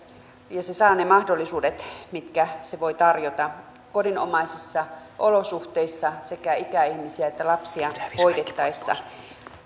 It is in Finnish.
se saa ne mahdollisuudet mitkä se voi tarjota kodinomaisissa olosuhteissa sekä ikäihmisiä että lapsia hoidettaessa